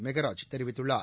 மெகராஜ் தெரிவித்துள்ளார்